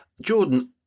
Jordan